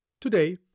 Today